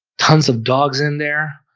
tons of dogs in there